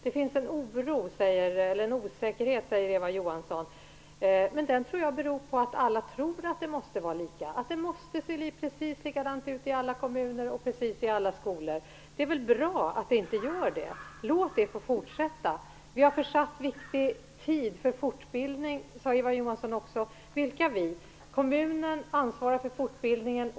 Eva Johansson säger att det finns en osäkerhet, men jag tror att den beror på att alla tror att det måste vara lika - att det måste se precis likadant ut i alla kommuner och i alla skolor. Det är väl bra att det inte gör det. Låt det få fortsätta! Vi har försatt viktig tid för fortbildning, sade Eva Johansson också. Vilka vi? Kommunen ansvarar för fortbildningen.